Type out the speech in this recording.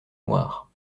noires